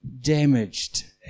damaged